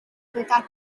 dotati